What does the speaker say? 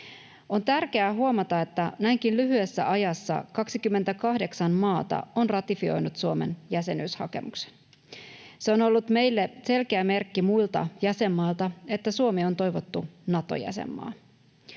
On tärkeää huomata, että näinkin lyhyessä ajassa 28 maata on ratifioinut Suomen jäsenyyshakemuksen. Se on ollut meille selkeä merkki muilta jäsenmailta, että Suomi on toivottu Nato-jäsenmaa.